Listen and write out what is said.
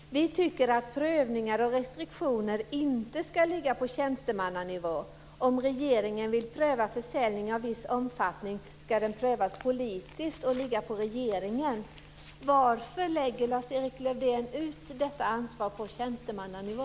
Vi tycker att prövningar och restriktioner inte ska ligga på tjänstemannanivå. Om regeringen vill pröva försäljning av viss omfattning ska den prövas politiskt och ligga på regeringen. Varför lägger Lars-Erik Lövdén ut detta ansvar på tjänstemannanivå?